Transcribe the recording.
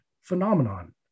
phenomenon